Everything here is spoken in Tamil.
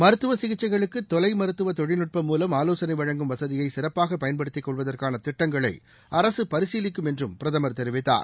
மருத்துவ சிகிச்சைகளுக்கு தொலைமருத்துவ தொழில்நுட்பம் மூலம் ஆலோசனை வழங்கும் வசதியை சிறப்பாக பயன்படுத்திக் கொள்வதற்கான திட்டங்களை அரசு பரிசீலிக்கும் என்றும் பிரதமா தெரிவித்தார்